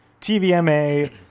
tvma